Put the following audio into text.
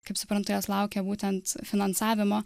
kaip suprantu jos laukia būtent finansavimo